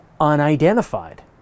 unidentified